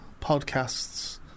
podcasts